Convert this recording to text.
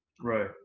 right